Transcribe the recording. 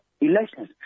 elections